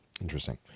Interesting